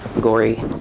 gory